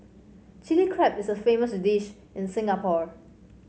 Chilli Crab is a famous dish in Singapore